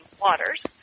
waters